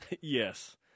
Yes